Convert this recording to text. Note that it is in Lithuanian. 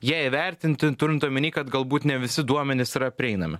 ją įvertinti turint omeny kad galbūt ne visi duomenys yra prieinami